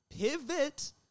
pivot